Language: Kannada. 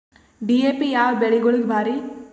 ಡಿ.ಎ.ಪಿ ಯಾವ ಬೆಳಿಗೊಳಿಗ ಭಾರಿ?